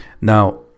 Now